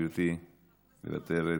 גברתי, מוותרת,